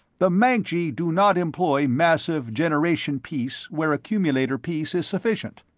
the mancji do not employ massive generation-piece where accumulator-piece is sufficient.